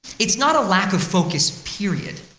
it's not a lack of focus period.